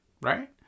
right